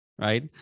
Right